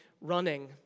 running